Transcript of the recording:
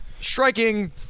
striking